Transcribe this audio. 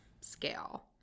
scale